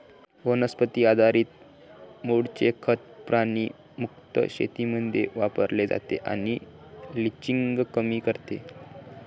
वनस्पती आधारित मूळचे खत प्राणी मुक्त शेतीमध्ये वापरले जाते आणि लिचिंग कमी करते